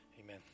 Amen